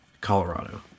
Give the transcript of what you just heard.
Colorado